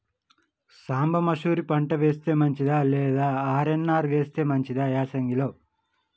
సాంబ మషూరి పంట వేస్తే మంచిదా లేదా ఆర్.ఎన్.ఆర్ వేస్తే మంచిదా యాసంగి లో?